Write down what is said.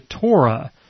Torah